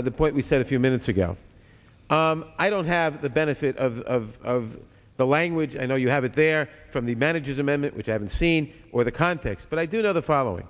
the point we said a few minutes ago i don't have the benefit of the language i know you have it there from the manager's amendment which i haven't seen or the context but i do know the following